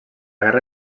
guerra